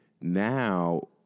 now